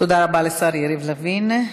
תודה רבה לשר יריב לוין.